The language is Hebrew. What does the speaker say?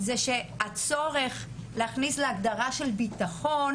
הצורך להכניס להגדרה של ביטחון,